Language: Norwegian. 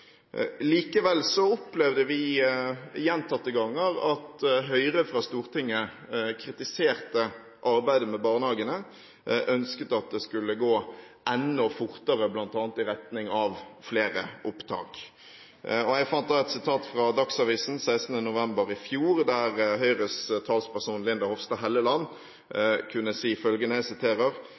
opplevde vi gjentatte ganger at Høyre fra Stortinget kritiserte arbeidet med barnehagene, og ønsket at det skulle gå enda fortere, bl.a. i retning av flere opptak. Jeg fant et sitat fra Dagsavisen 16. november i fjor der Høyres talsperson Linda Hofstad Helleland